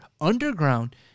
underground